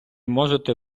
можете